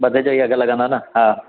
भदे जो ई अघु लॻंदा न हा